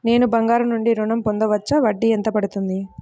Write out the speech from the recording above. నేను బంగారం నుండి ఋణం పొందవచ్చా? వడ్డీ ఎంత పడుతుంది?